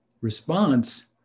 response